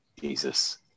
Jesus